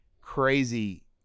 crazy